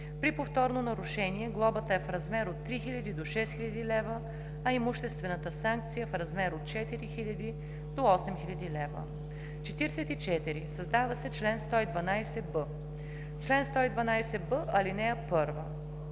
При повторно нарушение глобата е в размер от 3000 до 6000 лв., а имуществената санкция в размер от 4000 до 8000 лв.“ 44. Създава се чл. 112б: „Чл. 112б.